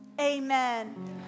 Amen